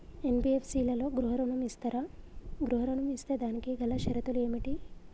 NBFC లలో గృహ ఋణం ఇస్తరా? గృహ ఋణం ఇస్తే దానికి గల షరతులు ఏమిటి?